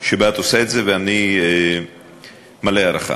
עושה את זה, ואני מלא הערכה.